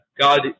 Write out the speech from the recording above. God